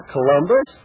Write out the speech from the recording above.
Columbus